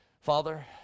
Father